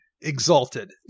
Exalted